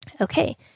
Okay